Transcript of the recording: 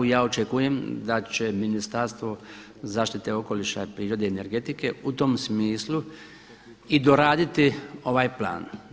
I ja očekujem da će Ministarstvo zaštite okoliša i priroda i energetike u tom smislu i doraditi ovaj plan.